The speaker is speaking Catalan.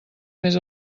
més